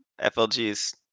FLGs